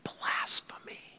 blasphemy